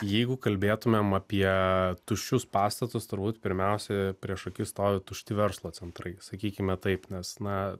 jeigu kalbėtumėm apie tuščius pastatus turbūt pirmiausia prieš akis stovi tušti verslo centrai sakykime taip nes na